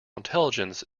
intelligence